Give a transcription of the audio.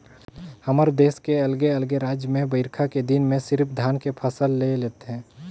हमर देस के अलगे अलगे रायज में बईरखा के दिन में सिरिफ धान के फसल ले थें